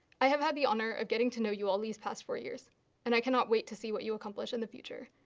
i have had the honor of getting to know you all these past four years and i cannot wait to see what you accomplish in the future.